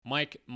Mike